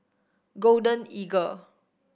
Golden Eagle